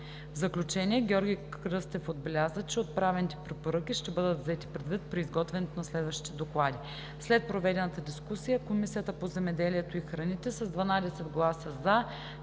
В заключение Георги Кръстев отбеляза, че отправените препоръки ще бъдат взети предвид при изготвянето на следващите доклади. След проведената дискусия Комисията по земеделието и храните с 12 гласа „за“,